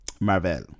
Marvel